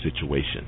situation